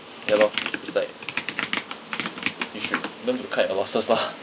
ya lor it's like you should learn to cut your losses lah